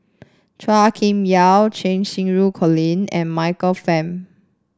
Chua Kim Yeow Cheng Xinru Colin and Michael Fam